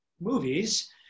movies